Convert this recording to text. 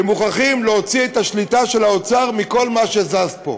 שמוכרחים להוציא את השליטה של האוצר מכל מה שזז פה.